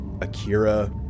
Akira